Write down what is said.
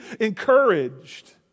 encouraged